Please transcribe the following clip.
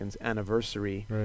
anniversary